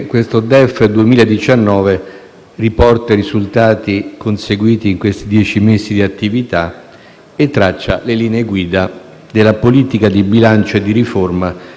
richiamato e dibattuto.